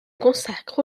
consacre